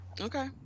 Okay